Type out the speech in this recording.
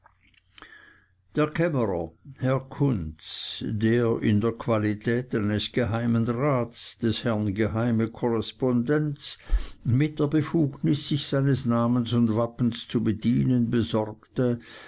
der kämmerer herr kunz der in der qualität eines geheimenrats des herrn geheime korrespondenz mit der befugnis sich seines namens und wappens zu bedienen besorgte